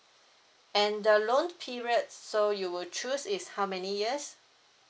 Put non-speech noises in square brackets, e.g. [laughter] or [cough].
[breath] and the loan period s~ so you would choose is how many years